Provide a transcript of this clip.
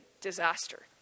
disaster